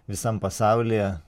visam pasaulyje